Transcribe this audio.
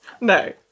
No